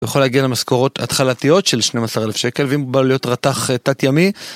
הוא יכול להגיע למשכורות התחלתיות של 12,000 שקל ואם הוא בא להיות רתח תת ימי.